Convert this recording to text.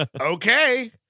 Okay